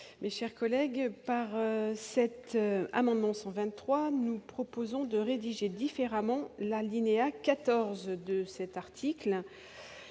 mais chers collègues par cet amendement 123, nous proposons de rédiger différemment la alinéa 14 de cet article,